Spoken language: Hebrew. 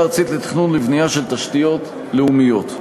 הארצית לתכנון ולבנייה של תשתיות לאומיות,